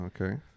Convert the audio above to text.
okay